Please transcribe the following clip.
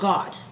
God